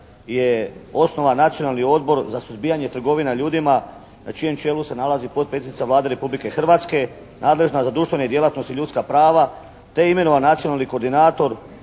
je osnovan Nacionalni odbor za suzbijanje trgovina ljudima na čijem čelu se nalazi potpredsjednica Vlade Republike Hrvatske, nadležna za društvene djelatnosti i ljudska prava te je imenovan nacionalni koordinator,